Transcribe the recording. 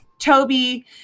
Toby